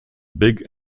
big